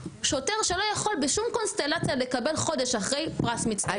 שוטר שלא יכול בשום קונסטלציה לקבל חודש אחרי פרס מצטיין.